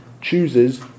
chooses